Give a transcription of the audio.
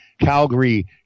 Calgary